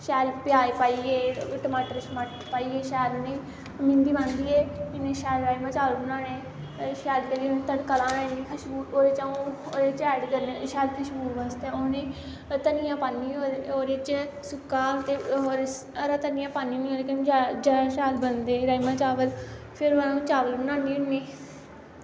शैल प्याज़ पाइयै टमाटर शमाटर पाइयै शैल उ'नेंई मिंदी मं'द्दियै इन्ने शैल राजमा चावल बनाने पैह्लें शैल करियै उ'नेंई तड़का लाना इन्नी खश्बू ओह्दे च अ'ऊं ओह्दे च ऐड करने शैल खशबू आस्तै धनियां पान्नी ओह्दे च सुक्का ते होर हरा धनियां पान्नी होन्नी ओह्दे कन्नै जादा शैल बनदे राजमा चावल फिर अ'ऊं चावल बनानी होन्नी